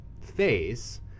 phase